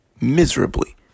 Miserably